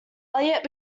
elliot